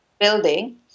building